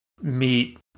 meet